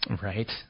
Right